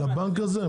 לבנק הזה?